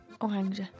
orange